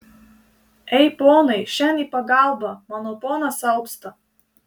ei ponai šen į pagalbą mano ponas alpsta